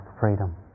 freedom